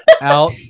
out